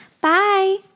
Bye